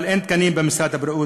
אבל אין תקנים במשרד הבריאות,